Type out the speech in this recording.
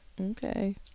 Okay